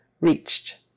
Reached